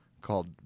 called